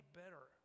better